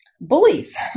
Bullies